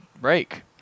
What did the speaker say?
break